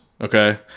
okay